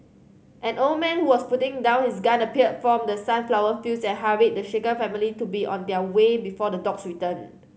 an old man who was putting down his gun appeared from the sunflower fields and hurried the shaken family to be on their way before the dogs return